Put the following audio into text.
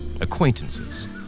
Acquaintances